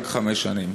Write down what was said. רק חמש שנים.